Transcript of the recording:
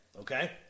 Okay